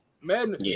man